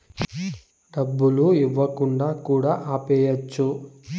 డబ్బులు ఇవ్వకుండా కూడా ఆపేయచ్చు